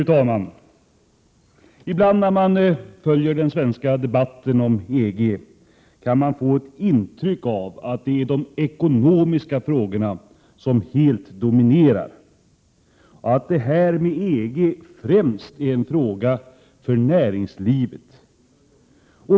Fru talman! När man följer den svenska debatten om EG kan man ibland få ett intryck av att det är de ekonomiska frågorna som helt dominerar och att en eventuell anslutning till EG främst är en fråga för näringslivet.